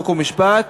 חוק ומשפט.